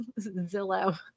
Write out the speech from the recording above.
Zillow